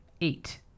eight